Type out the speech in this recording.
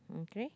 mm kay